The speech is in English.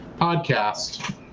podcast